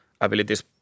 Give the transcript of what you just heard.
abilities